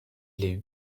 les